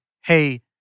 hey